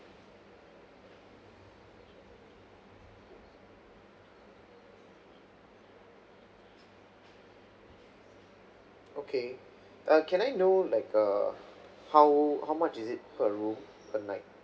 okay uh can I know like uh how how much is it per room per night